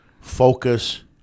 focus